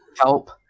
help